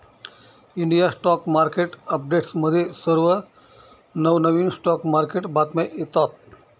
India stock market अपडेट्समध्ये सर्व नवनवीन स्टॉक मार्केट बातम्या येतात